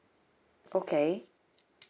okay